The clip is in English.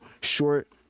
short